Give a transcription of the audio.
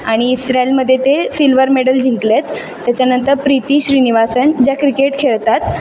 आणि इसरालमध्ये ते सिल्वर मेडल जिंकले आहेत त्याच्यानंतर प्रीती श्रीनिवासन ज्या क्रिकेट खेळतात